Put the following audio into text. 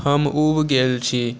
हम उबि गेल छी